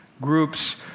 groups